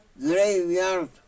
graveyard